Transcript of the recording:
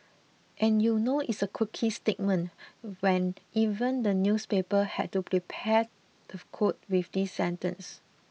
and you know it's a quirky statement when even the newspaper had to prepare the quote with this sentence